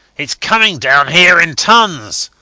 its coming down here in tons.